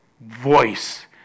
voice